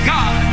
God